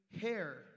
hair